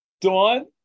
Dawn